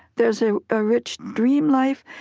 there's a ah rich dream life.